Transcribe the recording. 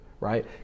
Right